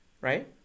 right